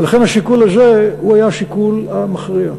ולכן השיקול הזה היה השיקול המכריע.